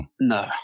No